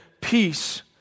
Peace